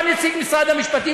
בא נציג משרד המשפטים,